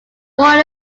boy